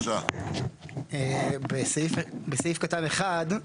בסעיף קטן (1),